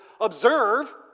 observe